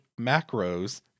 macros